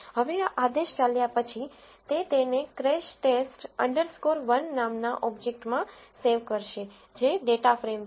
હવે આ આદેશ ચાલ્યા પછી તે તેને ક્રેશ ટેસ્ટ અન્ડરસ્કોર 1crashTest 1 નામના ઓબ્જેક્ટમાં સેવ કરશે જે ડેટા ફ્રેમ છે